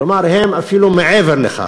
כלומר, הם אפילו מעבר לכך.